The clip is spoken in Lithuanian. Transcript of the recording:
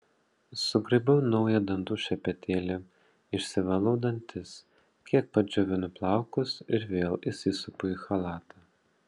sugraibau naują dantų šepetėlį išsivalau dantis kiek padžiovinu plaukus ir vėl įsisupu į chalatą